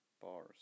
bars